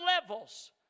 levels